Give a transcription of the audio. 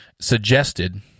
suggested